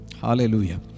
Hallelujah